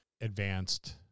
advanced